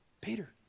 Peter